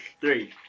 Three